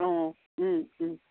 অঁ ও